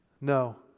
No